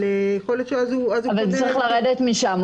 הוא צריך לרדת משם.